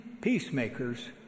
Peacemakers